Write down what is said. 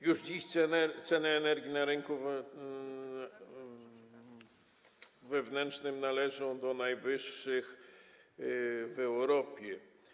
Już dziś ceny energii na rynku wewnętrznym należą do najwyższych w Europie.